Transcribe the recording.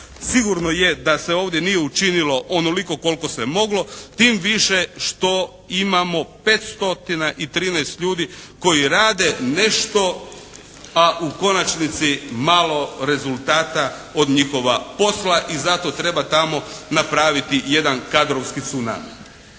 sigurno je da se ovdje nije učinilo onoliko koliko se je moglo, tim više što imamo 513 ljudi koji rade nešto, a u konačnici malo rezultata od njihova posla. I zato treba tamo napraviti jedan kadrovski tsunami.